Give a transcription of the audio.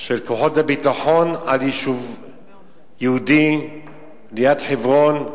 של כוחות הביטחון על יישוב יהודי ליד חברון.